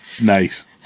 Nice